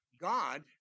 God